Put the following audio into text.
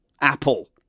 Apple